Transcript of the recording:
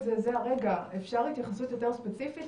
זה הרגע אפשר התייחסות יותר ספציפית,